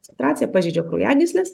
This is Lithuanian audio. situacija pažeidžia kraujagysles